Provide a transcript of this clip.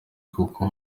kuko